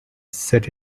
set